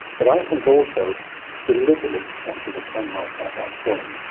but i think also deliberately to capture the sunlight at that point,